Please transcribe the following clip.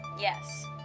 Yes